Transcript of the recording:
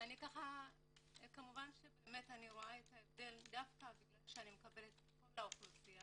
אני רואה את ההבדל דווקא בגלל שאני מקבלת את כל האוכלוסייה,